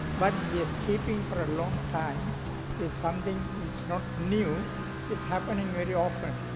but this keeping for a long time is something it's not new it's happening very often.